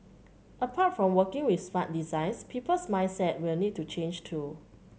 apart from working with smart designs people's mindsets will need to change too